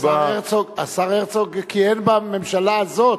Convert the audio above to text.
השר הרצוג כיהן בממשלה הזאת.